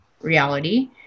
reality